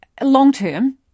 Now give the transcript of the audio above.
long-term